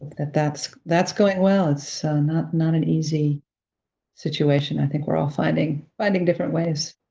that that's that's going well. it's so not not an easy situation, i think we're all finding finding different ways,